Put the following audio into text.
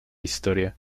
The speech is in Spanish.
historia